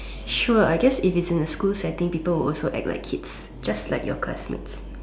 sure I guess if it's in a school setting people will also act like it just like your classmates